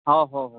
हो हो हो